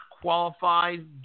qualified